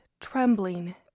trembling